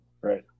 Right